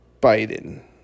Biden